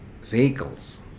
vehicles